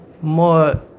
more